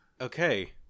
okay